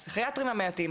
הפסיכיאטרים המעטים,